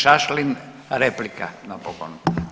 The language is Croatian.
G. Šašlin replika napokon.